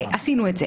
עשינו את זה.